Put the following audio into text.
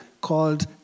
called